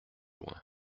loin